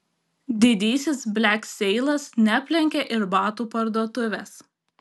didysis blekseilas neaplenkė ir batų parduotuvės